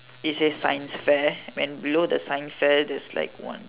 it says science fair when below the science fair there's like one